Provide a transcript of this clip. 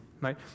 right